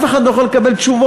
אף אחד לא יכול לקבל תשובות